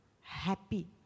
happy